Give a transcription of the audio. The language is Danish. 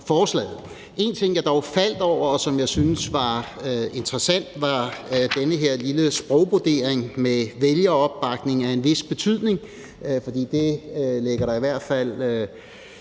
En ting, jeg dog faldt over, og som jeg synes er interessant, var den her lille sprogbrodering med »vælgeropbakning af en vis betydning«, for det lægges der jo i hvert fald